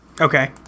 Okay